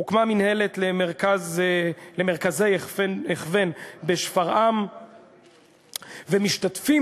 הוקמה מינהלת למרכזי הכוון בשפרעם ומשתתפים